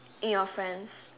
in your friends